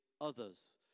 others